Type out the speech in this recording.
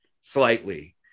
slightly